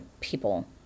people